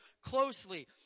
closely